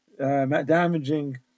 damaging